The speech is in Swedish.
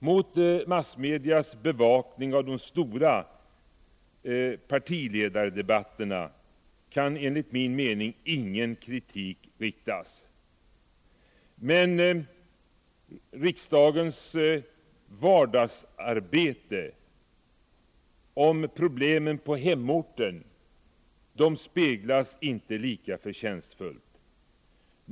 Mot massmediernas bevakning av de stora partiledardebatterna kan enligt 33 min mening ingen kritik riktas. Men riksdagens vardagsarbete och det som gäller problemen på hemorten speglas inte lika förtjänstfullt.